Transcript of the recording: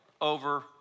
over